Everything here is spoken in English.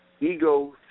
Ego